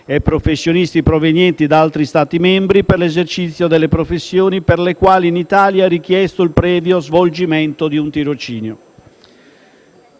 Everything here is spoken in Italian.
professionisti italiani e provenienti da altri Stati membri per l'esercizio delle professioni per le quali in Italia è richiesto il previo svolgimento di un tirocinio.